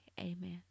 Amen